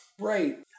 Right